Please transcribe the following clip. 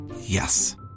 Yes